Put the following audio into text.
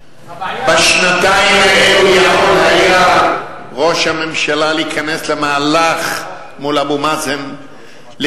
בשנתיים האלה יכול היה ראש הממשלה להיכנס למהלך מול אבו מאזן,